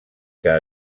que